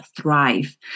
thrive